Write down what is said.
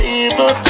evil